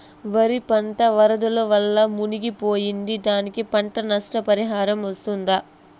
వరి పంట వరదల వల్ల మునిగి పోయింది, దానికి పంట నష్ట పరిహారం వస్తుందా?